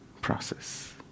process